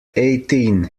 eighteen